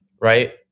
right